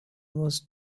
was